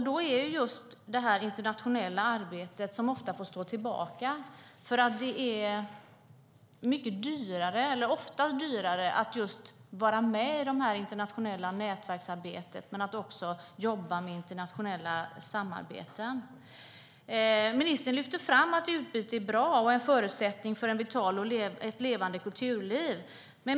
Då är det just det internationella arbetet som måste stå tillbaka, för det är oftast dyrare att vara med i det internationella nätverksarbetet och även att jobba med internationella samarbeten. Ministern lyfter fram att utbyte är bra och en förutsättning för ett vitalt och levande kulturliv.